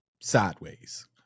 sideways